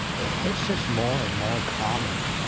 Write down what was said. ah it's just more and more common.